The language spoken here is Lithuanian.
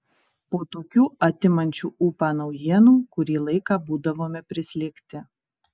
po tokių atimančių ūpą naujienų kurį laiką būdavome prislėgti